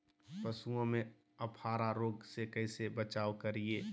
पशुओं में अफारा रोग से कैसे बचाव करिये?